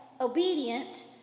obedient